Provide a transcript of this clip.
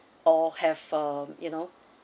or have um you know